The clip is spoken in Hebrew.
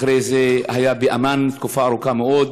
אחרי זה היה באמ"ן תקופה ארוכה מאוד,